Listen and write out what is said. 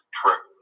true